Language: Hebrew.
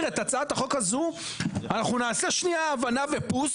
את הצעת החוק הזו אנחנו נעשה שנייה הבנה ופוס